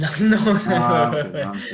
No